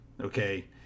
Okay